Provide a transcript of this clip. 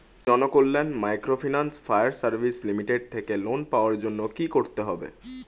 Janakalyan microfinance fire service limited থেকে loan পাওয়ার জন্য কি করতে হবে?